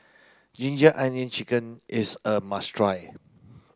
ginger onion chicken is a must try